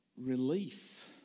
release